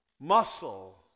muscle